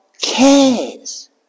cares